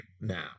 now